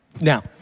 Now